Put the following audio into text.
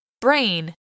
Brain